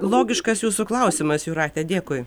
logiškas jūsų klausimas jūrate dėkui